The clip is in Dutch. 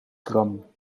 gram